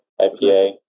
IPA